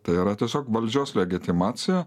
tai yra tiesiog valdžios legitimacija